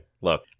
look